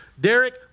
Derek